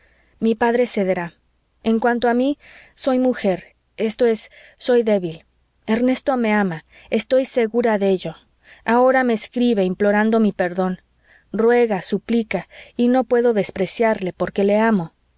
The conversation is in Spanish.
mi padre cederá en cuanto a mí soy mujer esto es soy débil ernesto me ama estoy segura de ello ahora me escribe implorando mi perdón ruega suplica y no puedo despreciarle porque le amo